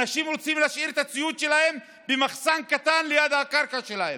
אנשים רוצים להשאיר את הציוד שלהם במחסן קטן ליד הקרקע שלהם.